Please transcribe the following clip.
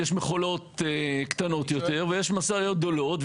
יש מכולות קטנות יותר ויש משאיות גדולות.